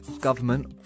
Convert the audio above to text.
government